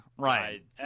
Right